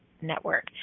Network